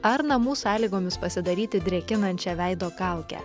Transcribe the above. ar namų sąlygomis pasidaryti drėkinančią veido kaukę